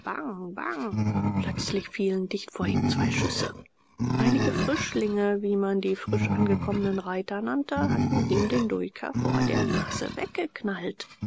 plötzlich fielen dicht vor ihm zwei schüsse einige frischlinge wie man die frisch angekommenen reiter nannte hatten ihm den duiker vor der nase weggeknallt